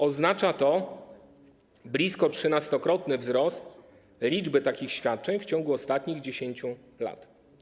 Oznacza to blisko trzynastokrotny wzrost liczby takich świadczeń w ciągu ostatnich 10 lat.